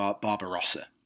Barbarossa